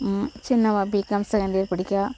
சின்னவள் B Com second year படிக்கிறாள்